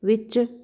ਵਿੱਚ